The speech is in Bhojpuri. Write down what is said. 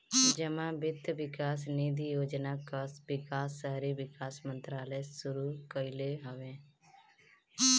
जमा वित्त विकास निधि योजना कअ विकास शहरी विकास मंत्रालय शुरू कईले हवे